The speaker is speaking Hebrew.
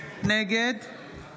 נגד